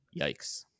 Yikes